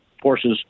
forces